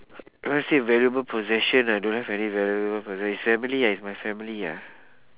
if must say a valuable possession ah I don't have any valuable possession family ah is my family ah